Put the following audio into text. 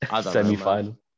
semi-final